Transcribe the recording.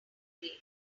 cream